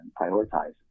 prioritize